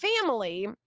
family